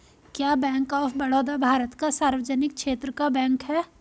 क्या bank of Baroda Bharat का सार्वजनिक क्षेत्र का बैंक है?